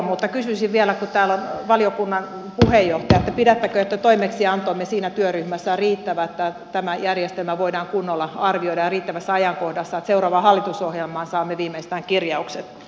mutta kysyisin vielä kun täällä on valiokunnan puheenjohtaja että pidättekö toimeksiantoamme siinä työryhmässä riittävänä että tämä järjestelmä voidaan kunnolla arvioida ja riittävässä ajankohdassa että seuraavaan hallitusohjelmaan saamme viimeistään kirjaukset